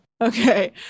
Okay